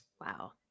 Wow